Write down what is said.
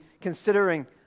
considering